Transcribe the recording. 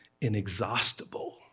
inexhaustible